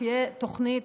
תהיה תוכנית,